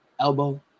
Elbow